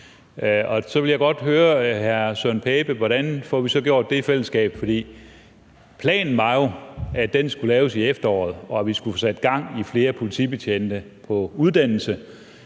Søren Pape Poulsen, hvordan vi så får gjort det i fællesskab, for planen var jo, at den skulle laves i efteråret, og at vi skulle få sat gang i at få flere politibetjente på uddannelse.